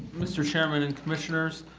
mr. chairman and commissioners